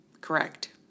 Correct